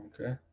Okay